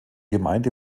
gemeinde